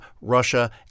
Russia